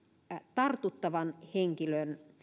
tartuttava henkilö